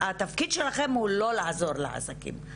התפקיד שלכם הוא לא לעזור לעסקים.